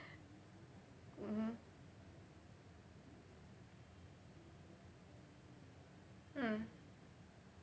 mm mm